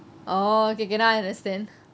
oh okay okay now I understand